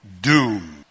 doom